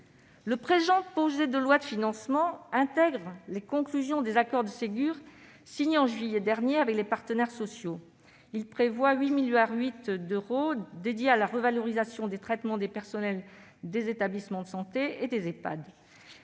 la crise ? Ce texte intègre les conclusions des accords du Ségur signés en juillet dernier avec les partenaires sociaux. Il prévoit 8,8 milliards d'euros pour la revalorisation des traitements des personnels des établissements de santé et des